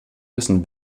müssen